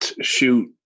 shoot